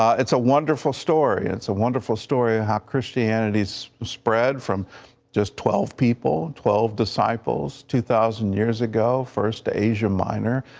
it's a wonderful story, it's a wonderful story, how christianity has spread from just twelve people, twelve disciples, two thousand years ago, first to asia minor,